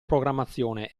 programmazione